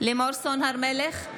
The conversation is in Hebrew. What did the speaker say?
לימור סון הר מלך,